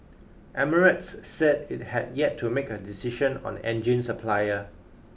Emirates said it had yet to make a decision on engine supplier